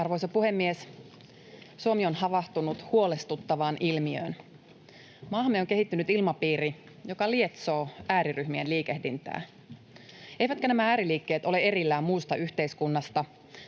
Arvoisa puhemies! Suomi on havahtunut huolestuttavaan ilmiöön. Maahamme on kehittynyt ilmapiiri, joka lietsoo ääriryhmien liikehdintää, eivätkä nämä ääriliikkeet ole erillään muusta yhteiskunnasta.